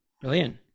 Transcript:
brilliant